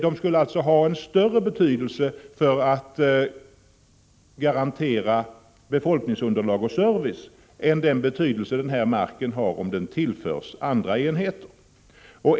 De skulle alltså ha en större betydelse för att garantera befolkningsunderlag och service än den betydelse som marken har, om den tillförs andra enheter.